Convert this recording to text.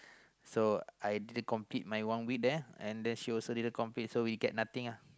so I didn't complete my one week there and then she also didn't complete so we get nothing ah